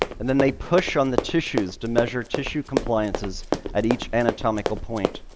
and then they push on the tissues to measure tissue compliances at each anatomical point.